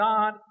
God